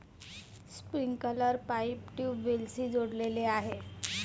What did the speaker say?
sprinkler pipe ट्यूबवेल्सशी जोडलेले आहे